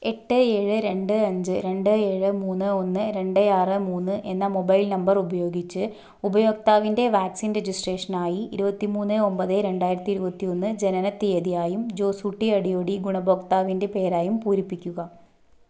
എട്ട് ഏഴ് രണ്ട് അഞ്ച് രണ്ട് ഏഴ് മൂന്ന് ഒന്ന് രണ്ട് ആറ് മൂന്ന് എന്ന മൊബൈൽ നമ്പർ ഉപയോഗിച്ച് ഉപയോക്താവിന്റെ വാക്സിൻ രജിസ്ട്രേഷനായി ഇരുപത്തിമൂന്ന് ഒമ്പത് രണ്ടായിരത്തി ഇരുപത്തി ഒന്ന് ജനന തീയതിയായും ജോസൂട്ടി അടിയോടി ഗുണഭോക്താവിന്റെ പേരായും പൂരിപ്പിക്കുക